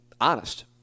honest